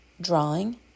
drawing